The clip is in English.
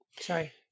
Sorry